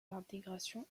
l’intégration